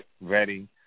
ready